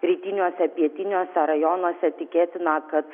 rytiniuose pietiniuose rajonuose tikėtina kad